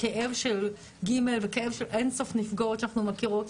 לכאב של ג' ושל אין סוף נפגעות שאנחנו מכירות,